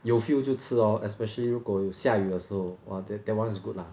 有 feel 就吃 lor especially 如果有下雨的时候 !wah! that that one is good lah